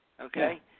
Okay